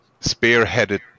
spearheaded